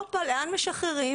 הופה, לאן משחררים?